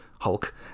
Hulk